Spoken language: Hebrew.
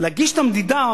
להגיש את המדידה,